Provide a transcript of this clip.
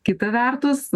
kita vertus